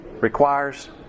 requires